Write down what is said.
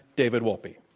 david wolpe.